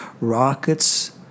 rockets